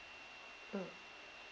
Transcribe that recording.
mm